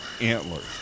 antlers